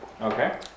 Okay